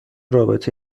رابطه